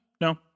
No